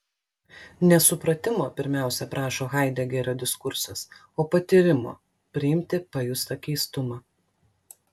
ne supratimo pirmiausia prašo haidegerio diskursas o patyrimo priimti pajustą keistumą